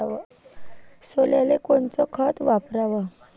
सोल्याले कोनचं खत वापराव?